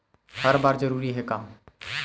हर बार जरूरी हे का?